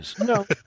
No